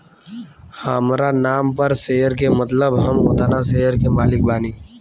हामरा नाम पर शेयर के मतलब हम ओतना शेयर के मालिक बानी